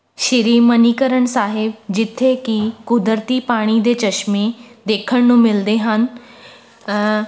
ਸ਼੍ਰੀ ਮਨੀਕਰਨ ਸਾਹਿਬ ਜਿੱਥੇ ਕਿ ਕੁਦਰਤੀ ਪਾਣੀ ਦੇ ਚਸ਼ਮੇ ਦੇਖਣ ਨੂੰ ਮਿਲਦੇ ਹਨ